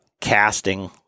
casting